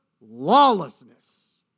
lawlessness